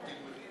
מתי?